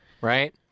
right